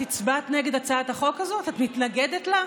את הצבעת נגד הצעת החוק הזאת, את מתנגדת לה?